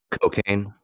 Cocaine